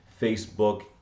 Facebook